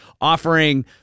offering